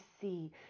see